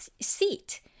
seat